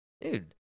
Dude